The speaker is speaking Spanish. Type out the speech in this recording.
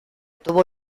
tuvo